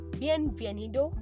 bienvenido